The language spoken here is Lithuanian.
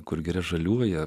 kur giria žaliuoja